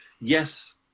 Yes